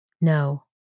No